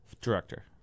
Director